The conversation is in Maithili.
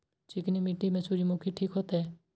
चिकनी मिट्टी में सूर्यमुखी ठीक होते?